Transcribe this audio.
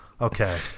okay